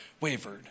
wavered